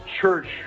Church